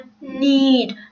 need